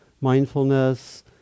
mindfulness